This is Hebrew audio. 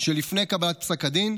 שלפני קבלת פסק הדין,